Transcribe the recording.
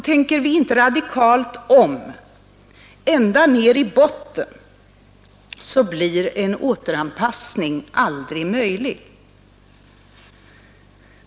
Tänker vi inte radikalt om ända ned i botten blir en återanpassning aldrig möjlig.